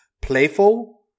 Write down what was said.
playful